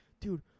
Dude